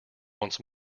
once